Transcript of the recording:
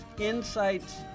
insights